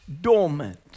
dormant